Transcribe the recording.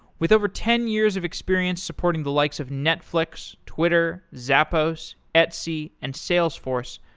with over ten years of experience supporting the likes of netflix, twitter, zappos, etsy, and salesforce,